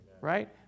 Right